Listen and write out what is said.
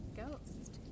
ghost